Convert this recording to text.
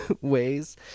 ways